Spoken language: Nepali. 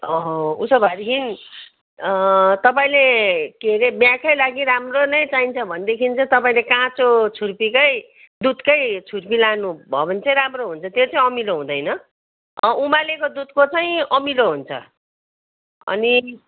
ओहो उसो भएदेखि तपाईँले के अरे बिहाकै लागि राम्रो नै चाहिन्छ भनेदेखि चाहिँ तपाईँले काँचो छुर्पीकै दुधकै छुर्पी लानु भयो भने चाहिँ राम्रो हुन्छ त्यो चाहिँ अमिलो हुँदैन उमालेको दुधको चाहिँ अमिलो हुन्छ अनि